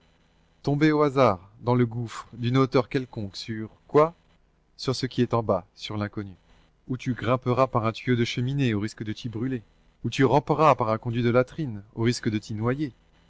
tomber au hasard dans le gouffre d'une hauteur quelconque sur quoi sur ce qui est en bas sur l'inconnu ou tu grimperas par un tuyau de cheminée au risque de t'y brûler ou tu ramperas par un conduit de latrines au risque de t'y noyer